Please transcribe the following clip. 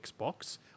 Xbox